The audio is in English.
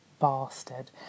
bastard